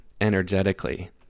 energetically